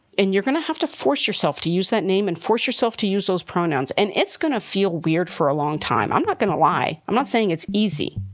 and you're going to have to force yourself to use that name and force yourself to use those pronouns. and it's going to feel weird for a long time. i'm not going to lie. i'm not saying it's easy.